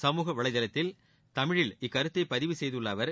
சமூக வலைதளத்தில் தமிழில் இக்கருத்தை பதிவு செய்துள்ள அவர்